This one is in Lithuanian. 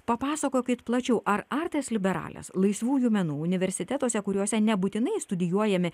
papasakokit plačiau ar artes liberales laisvųjų menų universitetuose kuriuose nebūtinai studijuojami